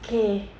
K